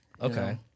okay